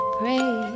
pray